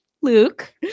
Luke